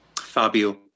Fabio